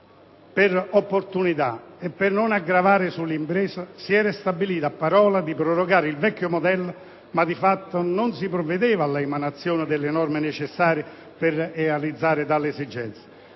per opportunità e per non gravare sulle imprese, si era stabilito, a parole, di prorogare il vecchio modello, ma di fatto non si provvedeva all'emanazione delle norme necessarie per realizzare tale esigenza.